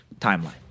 timeline